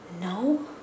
No